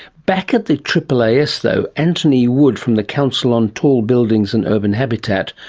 back at the aaas though, antony wood from the council on tall buildings and urban habitat,